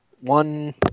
One